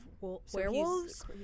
werewolves